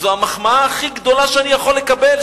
זו המחמאה הכי גדולה שאני יכול לקבל,